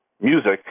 music